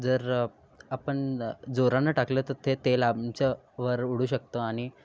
जर आपण जोरानं टाकलं तर ते तेल आमच्यावर उडू शकतं